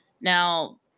Now